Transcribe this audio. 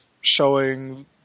showing